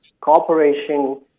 cooperation